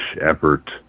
effort